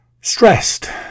stressed